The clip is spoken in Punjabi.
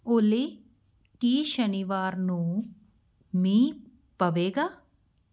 ਓਲੀ ਕੀ ਸ਼ਨੀਵਾਰ ਨੂੰ ਮੀਂਹ ਪਵੇਗਾ